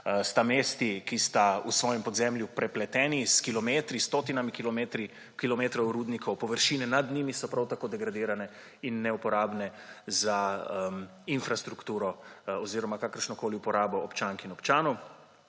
sta mesti, ki sta v svojem podzemlju prepleteni s kilometri, s stotinami kilometrov rudnikov, površine nad njimi so prav tako degradirane in neuporabne za infrastrukturo oziroma kakršnokoli uporabo občank in občanov.